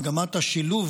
מגמת השילוב